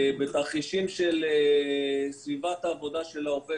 בתרחישים של סביבת העבודה של העובד.